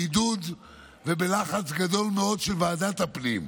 בעידוד ובלחץ גדול מאוד של ועדת הפנים,